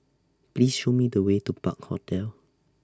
Please Show Me The Way to Park Hotel